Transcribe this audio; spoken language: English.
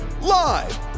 Live